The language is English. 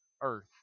earth